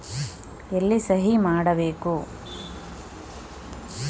ಎಲ್ಲಿ ಸಹಿ ಮಾಡಬೇಕು?